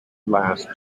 last